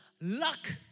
Luck